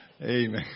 Amen